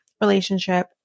relationship